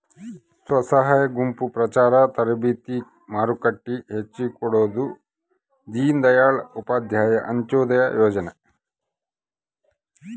ಸ್ವಸಹಾಯ ಗುಂಪು ಪ್ರಚಾರ ತರಬೇತಿ ಮಾರುಕಟ್ಟೆ ಹಚ್ಛಿಕೊಡೊದು ದೀನ್ ದಯಾಳ್ ಉಪಾಧ್ಯಾಯ ಅಂತ್ಯೋದಯ ಯೋಜನೆ